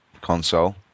console